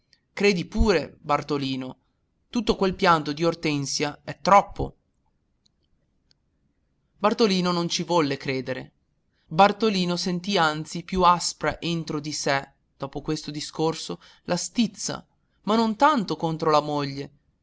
credi pure bartolino tutto quel pianto di ortensia è troppo bartolino non ci volle credere bartolino sentì anzi più aspra entro di sé dopo questo discorso la stizza ma non tanto contro la moglie